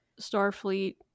starfleet